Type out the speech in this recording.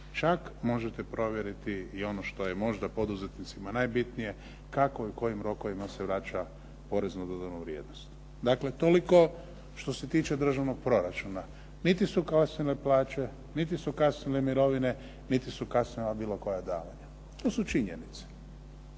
Čak možete provjeriti i ono što je možda poduzetnicima najbitnije kako i u kojim rokovima se vraća porez na dodanu vrijednost. Dakle, toliko što se tiče državnog proračuna. Nisi su kasnile plaće, niti su kasnile mirovine, niti su kasnila bilo koja davanja. To su činjenice.